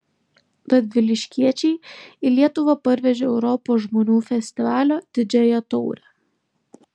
radviliškiečiai į lietuvą parvežė europos žmonių festivalio didžiąją taurę